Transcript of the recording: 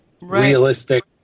realistic